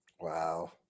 Wow